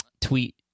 Tweet